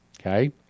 Okay